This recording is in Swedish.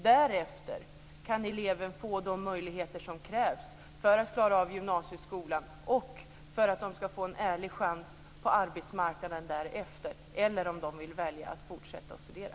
Därefter skall eleven få de möjligheter som krävs för att klara av gymnasieskolan och för att de därefter skall få en ärlig chans på arbetsmarknaden eller om de väljer att fortsätta att studera.